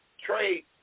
trade